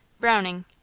Browning